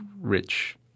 rich